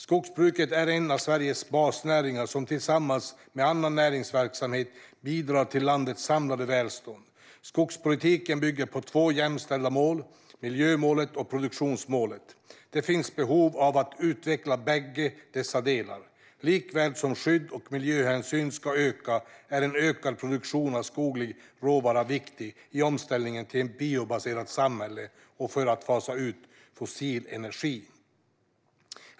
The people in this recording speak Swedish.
Skogsbruket är en av Sveriges basnäringar som tillsammans med annan näringsverksamhet bidrar till landets samlade välstånd. Skogspolitiken bygger på två jämställda mål; miljömålet och produktionsmålet. Det finns behov av att utveckla bägge dessa delar. Likaväl som skydd och miljöhänsyn ska öka är en ökad produktion av skoglig råvara viktig i omställningen till ett biobaserat samhälle och för att fasa ut fossil energi.